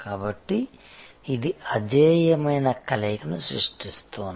కాబట్టి ఇది అజేయమైన కలయికను సృష్టిస్తోంది